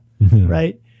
right